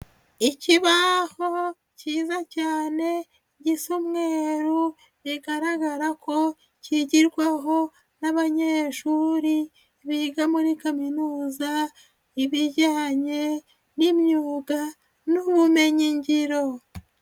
Ikibaho cyiza cyane gisa umweru, bigaragara ko kigirwaho n'abanyeshuri biga muri kaminuza ibijyanye n'imyuga n'ubumenyingiro.